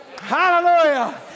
Hallelujah